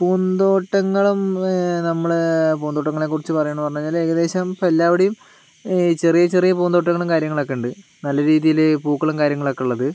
പൂന്തോട്ടങ്ങളും നമ്മളെ പൂന്തോട്ടങ്ങളെക്കുറിച്ച് പറയണമെന്ന് പറഞ്ഞ് കഴിഞ്ഞാല് ഏകദേശം ഇപ്പോൾ എല്ലാവിടെയും ഈ ചെറിയ ചെറിയ പൂന്തോട്ടങ്ങളും കാര്യങ്ങളുമൊക്കെയുണ്ട് നല്ല രീതിയിൽ പൂക്കളും കാര്യങ്ങളുമൊക്കെയുള്ളത്